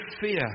fear